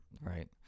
Right